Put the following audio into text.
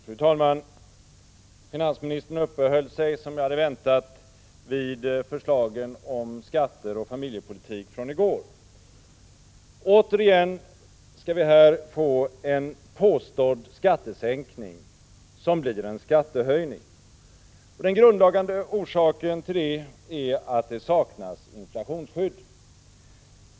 Fru talman! Finansministern uppehöll sig, som jag hade väntat, vid förslagen om skatter och familjepolitik från i går. Återigen skall vi här få en påstådd skattesänkning, som blir en skattehöjning. Den grundläggande orsaken till det är att det saknas inflationsskydd.